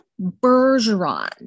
Bergeron